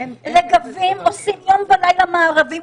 רגבים עושים יום ולילה מארבים,